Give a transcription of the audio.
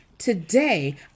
Today